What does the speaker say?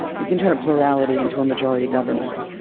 you can turn a plurality into a majority government.